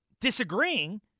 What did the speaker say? disagreeing